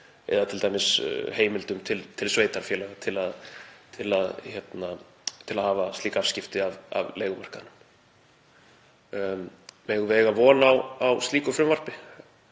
eða t.d. heimildum til sveitarfélaga til að hafa slík afskipti af leigumarkaðnum. Megum við eiga von á slíku frumvarpi